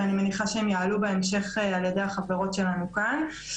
ואני מניחה שהם יעלו בהמשך על ידי החברות שלנו כאן.